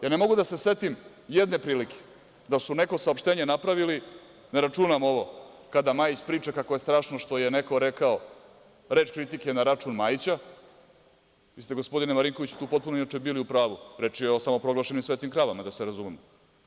Ne mogu da se setim jedne prilike, da su neko saopštenje napravili, ne računam ovo kada Majić priča kako je strašno što je neko rekao, reč kritike na račun Majića, a vi ste gospodine Marinkoviću inače, tu potpuno bili u pravu, reč je o samoproglašenim svetim kravama, da se razumemo.